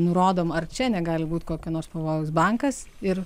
nurodom ar čia negali būti kokio nors pavojaus bankas ir